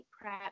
prep